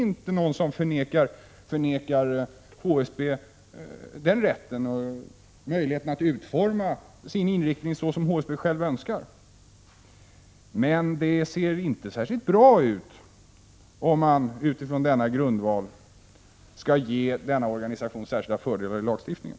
Ingen förvägrar HSB rätten och möjligheten att utforma sin inriktning så som HSB självt önskar, men det ser inte särskilt bra ut om man utifrån den grundvalen skall ge denna organisation särskilda fördelar i lagstiftningen.